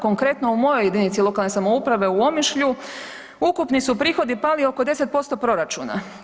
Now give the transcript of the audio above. Konkretno u mojoj jedinici lokalne samouprave u Omišlju ukupni su prihodi pali oko 10% proračuna.